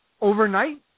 Overnight